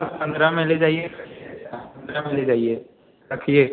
पंद्रह में ले जाइए पंद्रह में ले जाइए रखिए